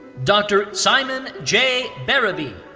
dr. simon j. berrebi.